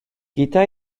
gyda